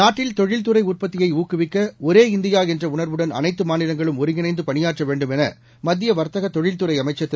நாட்டில் தொழில்துறை உற்பத்தியை ஊக்குவிக்க ஒரே இந்தியா என்ற உணர்வுடன் அனைத்து மாநிலங்களும் ஒருங்கிணைந்து பணியாற்ற வேண்டும் என மத்திய வர்த்தக தொழில்துறை அமைச்சர் திரு